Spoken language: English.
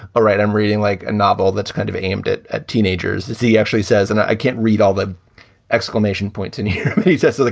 all right, i'm reading like a novel that's kind of aimed it at teenagers, is he actually says, and i can't read all the exclamation points. and he says, look,